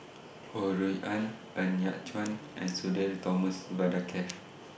Ho Rui An Ng Yat Chuan and Sudhir Thomas Vadaketh